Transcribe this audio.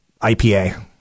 IPA